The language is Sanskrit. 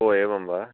एवं वा